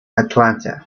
atlanta